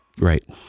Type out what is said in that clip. Right